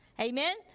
Amen